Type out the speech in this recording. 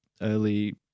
early